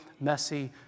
messy